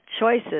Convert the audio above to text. Choices